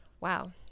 wow